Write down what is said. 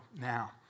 now